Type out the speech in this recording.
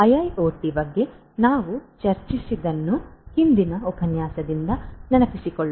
IIoT ಬಗ್ಗೆ ನಾವು ಚರ್ಚಿಸಿದ್ದನ್ನು ಹಿಂದಿನ ಉಪನ್ಯಾಸದಿಂದ ನೆನಪಿಸಿಕೊಳ್ಳಿ